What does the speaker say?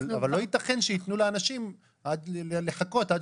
אבל לא ייתכן שייתנו לאנשים לחכות עד